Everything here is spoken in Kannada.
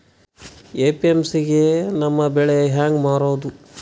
ಎ.ಪಿ.ಎಮ್.ಸಿ ಗೆ ನಮ್ಮ ಬೆಳಿ ಹೆಂಗ ಮಾರೊದ?